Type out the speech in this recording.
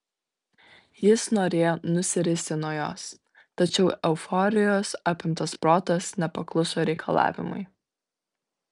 jis norėjo nusiristi nuo jos tačiau euforijos apimtas protas nepakluso reikalavimui